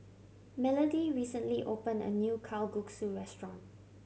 Melody recently opened a new Kalguksu restaurant